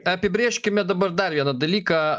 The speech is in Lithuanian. apibrėžkime dabar dar vieną dalyką